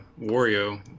Wario